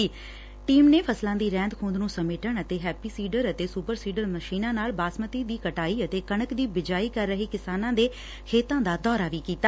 ਕੇਂਦਰੀ ਟੀਮ ਨੇ ਫਸਲਾਂ ਦੀ ਰਹਿੰਦ ਖੁੰਹਦ ਨੂੰ ਸਮੇਟਣ ਅਤੇ ਹੈਪੀ ਸੀਡਰ ਅਤੇ ਸੁਪਰ ਸੀਡਰ ਮਸ਼ੀਨਾਂ ਨਾਲ ਬਾਸਮਤੀ ਦੀ ਕਟਾਈ ਅਤੇ ਕਣਕ ਦੀ ਬਿਜਾਈ ਕਰ ਰਹੇ ਕਿਸਾਨਾਂ ਦੇ ਖੇਤੜ ਦਾ ਦੌਰਾ ਵੀ ਕੀਤਾ